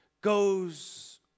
goes